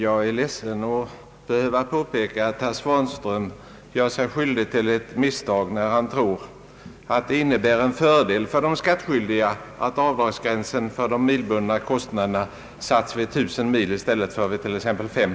Herr talman! Det skulle vara mycket intressant att sätta i gång en lång matematisk diskussion med herr Tistad om vilka som gynnas eller missgynnas i detta fall. Jag skall dock inte ta upp kammarens tid med det.